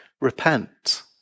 Repent